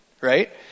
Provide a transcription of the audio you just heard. Right